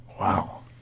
Wow